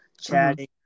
chatting